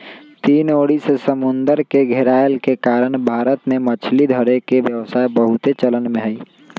तीन ओरी से समुन्दर से घेरायल के कारण भारत में मछरी धरे के व्यवसाय बहुते चलन में हइ